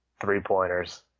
three-pointers